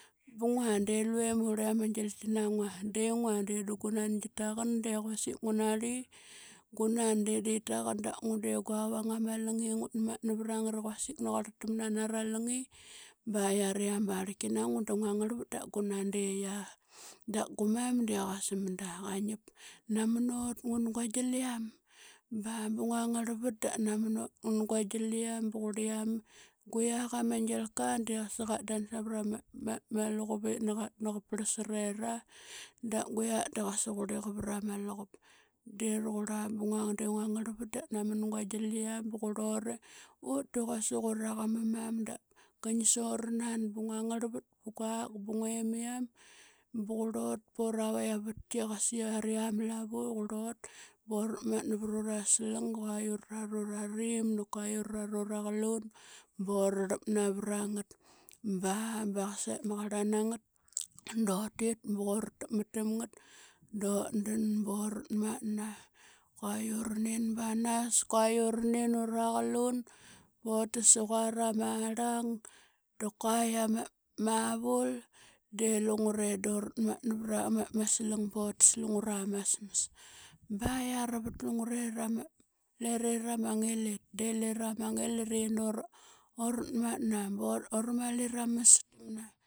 Bngua de lne murl yiama gilki nangua, de ngnua de gunan qitanqan da quasik ngunarli ngunan de di taqan da ngua de guavang ama lingi ingut matna vrangt i quasik naquart tamna nara lingi. Ba yiare ama barlqi nangua dngua ngarlrat da ngunan de yia da ngumam de qasmda qainap namnot ngn guagiliam. Ba bngua ngarl vat da namnot ngn gua giliam bqurliam nguiak ama gilqa de qasaqat dan savrama luqup it nqa parlsle ra da guiak de qasa qrliqera vrama luqup. De roqrla bngua de ngua ngarl vat da namn guagiliam bqrlore ut de quasik uraqama man da ginsornan bngua ngarl vat bnguak bnguemiam bqrlot poravaitk ama vatki. Siaria mlavn qrlot borat matna vrura slang qua iurrat ura rim da qua iurrat ura qlun. Borlp navrangt ba bqase ma qrlanamngat botit bortak mat tamngat do dn bo katmatna qua iurnin banas quaiurnin uraqlun bots iqua rama rlang daqua yiama vul de lungre dorat matna vrama slang bots lungra masms. Ba yiara vtlungrera ama lerer mangilit delera ma ngilit enort matna bormali ramstmna.